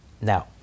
Now